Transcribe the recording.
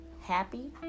happy